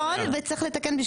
זה נכון אבל צריך לתקן את